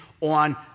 on